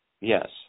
Yes